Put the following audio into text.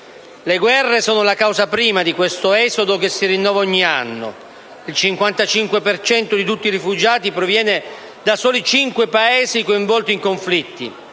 Le guerre sono la causa prima di questo esodo che si rinnova ogni anno. Il 55 per cento di tutti i rifugiati proviene da soli cinque Paesi coinvolti in conflitti: